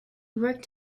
worked